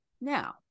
Now